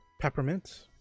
peppermint